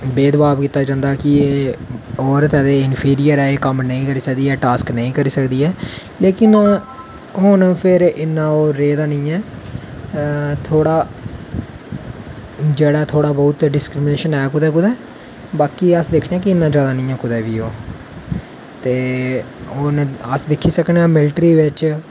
भेद भाव कीता जंदा ऐ कि एह् औरत ऐ ते एह् इनफिरियर ऐ अह् कम्म नी करी सकदी ऐ ते एह् टास्क नी करी सकदी ऐ लेकिन हून फिर इन्ना रेह्दा नी ऐ थोह्ड़ा जेह्ड़ा तोह्ड़ा थोह्ड़ा डिसक्रिमिनेशन ऐ थोह्ड़ा थोह्ड़ा बाकी अस दिक्कने आं कि इन्ना जादा नी ऐ कुदै बी ते हून अस दिक्खी सकन् आं मिल्ट्री बिच्च